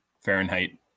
Fahrenheit